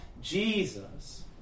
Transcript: Jesus